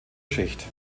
schicht